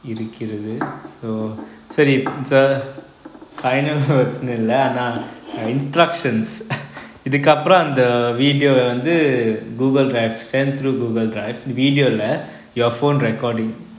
இருக்கிறது:irukirathu so final words னு இல்ல ஆனா: nu illa aana instructions இதுக்கு அப்புறம் அந்த:ithuku apram antha video வந்து:vanthu Google drive send through Google drive video இல்ல:illa your phone recording